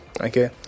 Okay